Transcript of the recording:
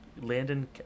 Landon